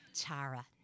Tara